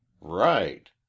Right